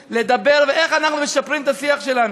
ולדבר על איך אנחנו משפרים את השיח שלנו.